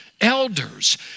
elders